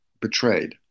betrayed